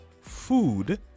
food